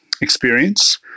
experience